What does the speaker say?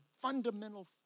fundamental